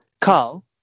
Carl